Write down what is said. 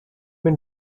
been